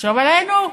לחשוב עלינו,